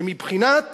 שמבחינת